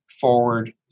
forward